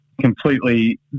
completely